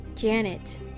Janet